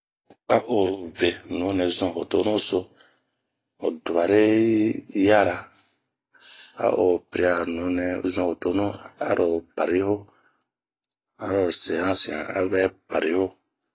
A o vee nunɛ zun ho tonuso, ho dubare yi yara a o piria nunɛ zun ho tonu a ro pariho. a ro se han sian a vɛ pari ho.